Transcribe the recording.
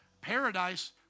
paradise